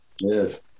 yes